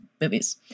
movies